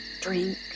drink